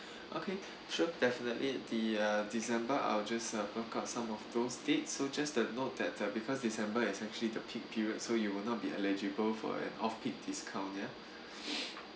okay sure definitely the uh december I'll just uh work out some of those dates so just a note that uh because december is essentially the peak period so you will not be eligible for an offpeak discount ya